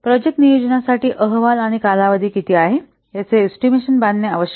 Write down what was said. project नियोजनासाठी अहवाल आणि कालावधी किती आहे याचा एस्टिमेशन बांधणे आवश्यक आहे